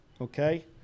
Okay